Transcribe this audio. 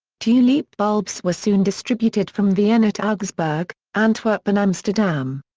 tulip bulbs were soon distributed from vienna to augsburg, antwerp and amsterdam.